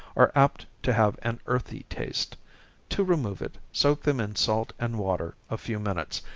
are apt to have an earthy taste to remove it, soak them in salt and water a few minutes,